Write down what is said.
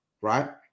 Right